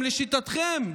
הם לשיטתכם,